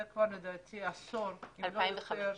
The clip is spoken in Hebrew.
זה כבר עשור, אם לא יותר -- מ-2005.